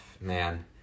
man